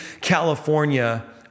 California